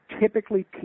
Typically